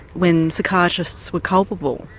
when psychiatrists were culpable.